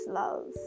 love